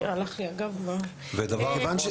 חברים, בואו תעזרו לנו.